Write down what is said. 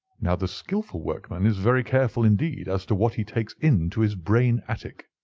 now the skilful workman is very careful indeed as to what he takes into his brain-attic.